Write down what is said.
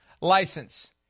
license